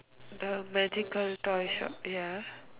the magical toy shop ya